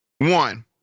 one